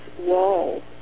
wall